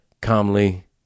calmly